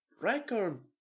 record